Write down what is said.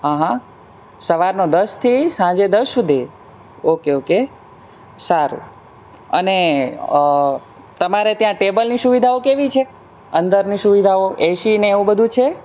હં હં સવારના દસથી સાંજે દસ સુધી ઓકે ઓકે સારું અને તમારે ત્યાં ટેબલની સુવિધાઓ કેવી છે અંદરની સુવિધાઓ એશી ને એવું બધું છે